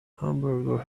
hamburger